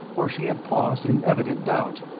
for she had paused in evident doubt.